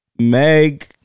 meg